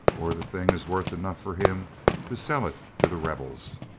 or the thing is worth enough for him to sell it to the rebels.